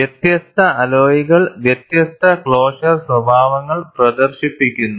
വ്യത്യസ്ത അലോയ്കൾ വ്യത്യസ്ത ക്ലോഷർ സ്വഭാവങ്ങൾ പ്രദർശിപ്പിക്കുന്നു